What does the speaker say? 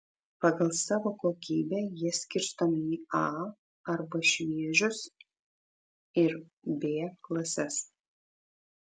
pagal savo kokybę jie skirstomi į a arba šviežius ir b klases